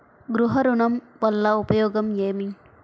గృహ ఋణం వల్ల ఉపయోగం ఏమి?